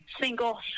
single